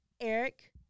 Eric